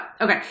okay